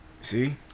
See